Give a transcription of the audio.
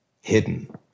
hidden